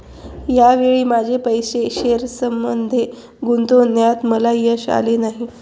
या वेळी माझे पैसे शेअर्समध्ये गुंतवण्यात मला यश आले नाही